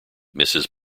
mrs